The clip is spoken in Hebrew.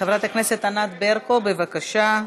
חברת הכנסת ענת ברקו, בבקשה.